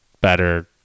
better